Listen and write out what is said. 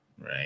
right